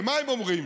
ומה הם אומרים?